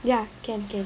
ya can can